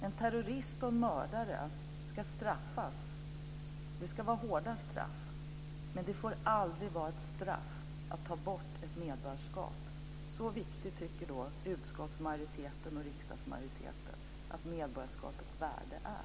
En terrorist och en mördare ska straffas. Det ska vara hårda straff. Men det får aldrig vara ett straff att ta bort ett medborgarskap. Så viktigt tycker utskottsmajoriteten och riksdagsmajoriteten att medborgarskapets värde är.